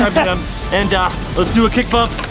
ah but him and let's do a kickbump.